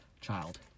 child